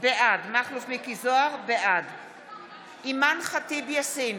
בעד אימאן ח'טיב יאסין,